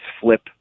flip